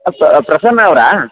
ಪ್ರಸನ್ನ ಅವರಾ